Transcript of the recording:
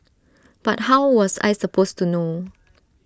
but how was I supposed to know